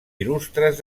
il·lustres